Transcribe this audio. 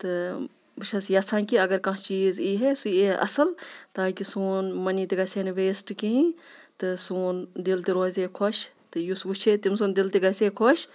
تہٕ بہٕ چھَس یَژھان کہ اگر کانٛہہ چیٖز ییٖہا سُہ یی ہا اَصٕل تاکہ سون منی تہِ گژھِ ہا نہٕ ویسٹ کِہیٖنۍ تہٕ سون دِل تہِ روزِ ہا خۄش تہٕ یُس وُچھ ہا تیٚمسُنٛد دِل تہِ گژھ ہا خۄش